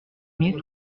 mille